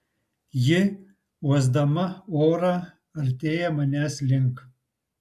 ji uosdama orą artėja manęs link